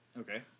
Okay